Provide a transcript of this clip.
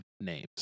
names